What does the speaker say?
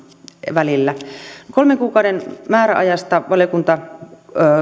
välillä kolmen kuukauden määräajasta valiokunta